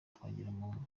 twagiramungu